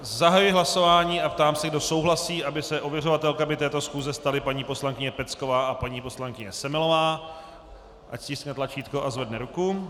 Zahajuji hlasování a ptám se, kdo souhlasí, aby se ověřovatelkami této schůze staly paní poslankyně Pecková a paní poslankyně Semelová, ať stiskne tlačítko a zvedne ruku.